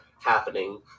happening